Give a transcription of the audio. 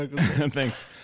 Thanks